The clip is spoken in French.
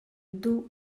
dos